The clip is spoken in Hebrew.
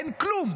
אין כלום.